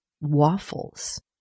waffles